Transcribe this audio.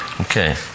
Okay